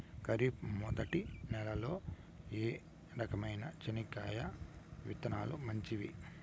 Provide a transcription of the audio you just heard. ఖరీఫ్ మొదటి నెల లో ఏ రకమైన చెనక్కాయ విత్తనాలు మంచివి